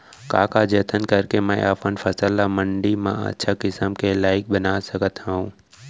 का का जतन करके मैं अपन फसल ला मण्डी मा अच्छा किम्मत के लाइक बना सकत हव?